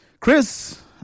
Chris